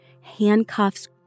handcuffs